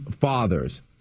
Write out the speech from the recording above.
fathers